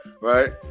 right